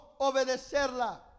obedecerla